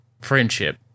friendship